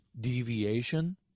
Deviation